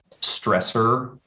stressor